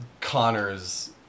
Connor's